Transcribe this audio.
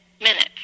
minutes